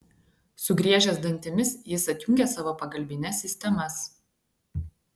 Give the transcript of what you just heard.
sugriežęs dantimis jis atjungė savo pagalbines sistemas